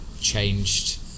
changed